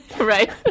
Right